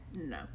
No